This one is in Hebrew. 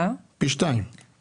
עלייה